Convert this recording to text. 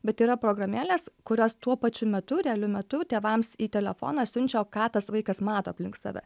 bet yra programėlės kurios tuo pačiu metu realiu metu tėvams į telefoną siunčiao ką tas vaikas mato aplink save